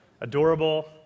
adorable